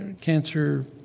cancer